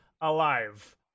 alive